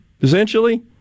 essentially